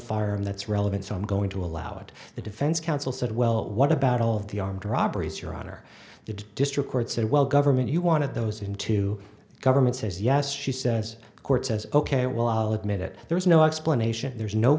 firearm that's relevant so i'm going to allow that the defense counsel said well what about all of the armed robberies your honor did district court say well government you wanted those into government says yes she says the court says ok well i'll admit it there is no explanation there's no